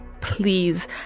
Please